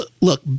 look